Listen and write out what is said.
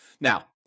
Now